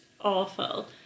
awful